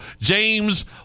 James